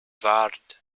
waard